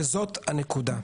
וזאת הנקודה.